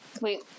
Wait